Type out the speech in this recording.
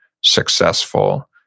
successful